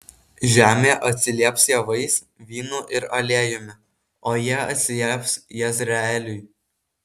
žemė atsilieps javais vynu ir aliejumi o jie atsilieps jezreeliui